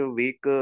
week